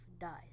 dies